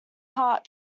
heart